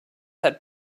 had